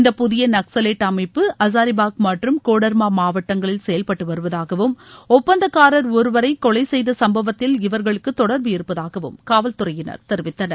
இந்த புதிய நக்சலைட் அமைப்பு ஹசாரிபாக் மற்றும் கோடர்மா மாவட்டங்களில் செயல்பட்டு வருவதாகவும் டுப்பந்தக்காரர் ஒருவரை கொலை செய்த சம்பவத்தில் இவர்களுக்கு தொடர்பு இருப்பதாகவும காவல்துறையினர் தெரிவித்தனர்